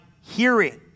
hearing